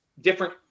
different